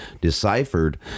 deciphered